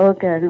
Okay